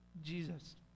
Jesus